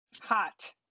Hot